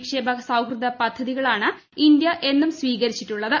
നിക്ഷേപക സൌഹൃദ പദ്ധതികളാണ് ഇന്ത്യ എന്നും സ്വീകരിച്ചിട്ടുള്ളത്